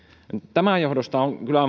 tämän johdosta on kyllä